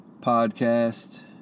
podcast